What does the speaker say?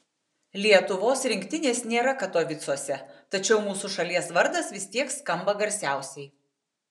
lietuvos rinktinės nėra katovicuose tačiau mūsų šalies vardas vis tiek skamba garsiausiai